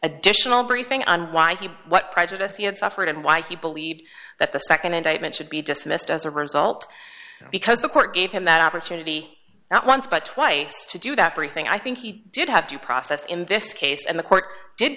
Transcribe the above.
additional briefing on why he what prejudice he had suffered and why he believed that the nd indictment should be dismissed as a result because the court gave him that opportunity not once but twice to do that very thing i think he did have due process in this case and the court did